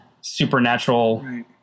supernatural